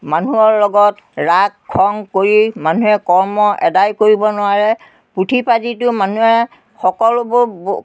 মানুহৰ লগত ৰাগ খং কৰি মানুহে কৰ্ম এদায় কৰিব নোৱাৰে পুথি পাতিটো মানুহে সকলোবোৰ প